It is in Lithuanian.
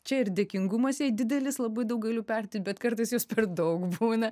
čia ir dėkingumas jai didelis labai daug galiu pereiti bet kartais jos per daug būna